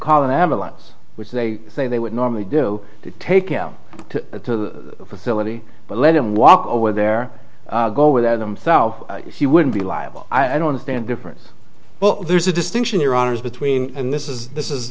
an ambulance which they say they would normally do to take out the facility but let him walk over there go without them so he wouldn't be liable i don't understand difference well there's a distinction your honor is between and this is this is